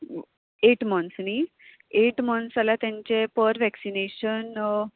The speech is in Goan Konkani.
एट मंथ्स न्ही एट मंथ्स जाल्यार तेंचे पर वॅक्सिनेशन